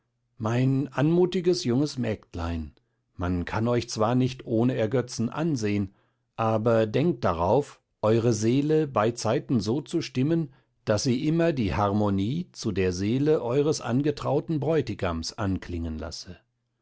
mein anmutiges junges mägdlein man kann euch zwar nicht ohne ergötzen ansehn aber denkt darauf eure seele beizeiten so zu stimmen daß sie immer die harmonie zu der seele eures angetrauten bräutigams anklingen lasse